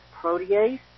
protease